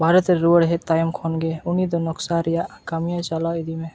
ᱵᱷᱟᱨᱚᱛ ᱨᱮ ᱨᱩᱱᱣᱟᱹᱲ ᱦᱮᱡ ᱛᱟᱭᱚᱢ ᱠᱷᱚᱱ ᱜᱮ ᱩᱱᱤ ᱫᱚ ᱱᱚᱠᱥᱟ ᱨᱮᱭᱟᱜ ᱠᱟᱹᱢᱤ ᱪᱟᱞᱟᱣ ᱤᱫᱤ ᱢᱮ